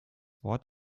wort